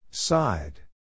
Side